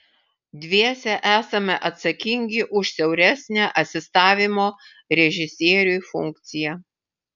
dviese esame atsakingi už siauresnę asistavimo režisieriui funkciją